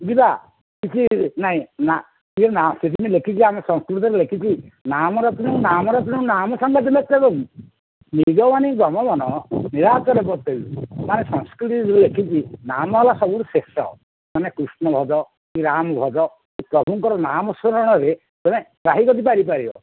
ଯିବା କିଛି ନାଇଁ ନା କିଏ ଜଣେ ଲେଖିଛି ଆମ ସଂସ୍କୃତରେ ଲେଖିଛି ନାମ ରତ୍ନନଂ ନାମ ରତ୍ନନଂ ନାମେ ସମ୍ମତି ଲଖ୍ୟଣମ୍ ନିଜବାଣି ଗମଗନ ନିରତରେ ମାନେ ସଂସ୍କୃତିରେ ଲେଖିଛି ନାମ ହେଲା ସବୁଠାରୁ ଶ୍ରେଷ୍ଠ ମାନେ କୃଷ୍ଣ ଭଜ ରାମ ଭଜ ପ୍ରଭୁଙ୍କର ନାମ ସ୍ମରଣ ରେ ଆମେ ତ୍ରାହି ଗତି ପାଇପାରିବା